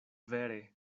vere